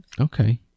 Okay